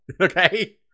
Okay